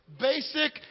Basic